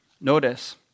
Notice